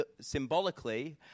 symbolically